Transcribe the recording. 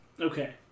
okay